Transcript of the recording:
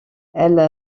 elle